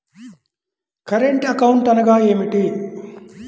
Current account అనగా ఏమిటి?